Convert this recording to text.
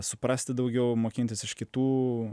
suprasti daugiau mokintis iš kitų